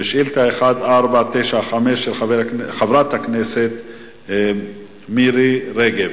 שאילתא 1495, של חברת הכנסת מירי רגב.